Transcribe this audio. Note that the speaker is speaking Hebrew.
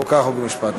חוקה, חוק ומשפט.